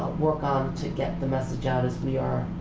work on to get the message out as we are